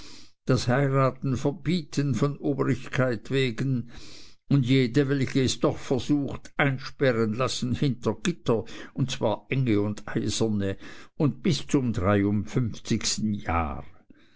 das heiraten verbieten von obrigkeits wegen und jede welche es doch versucht einsperren lassen hinter gitter und zwar enge und eiserne und bis zum dreiundfünfzigsten jahre